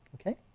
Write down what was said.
Okay